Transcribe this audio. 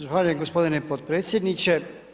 Zahvaljujem gospodine podpredsjedniče.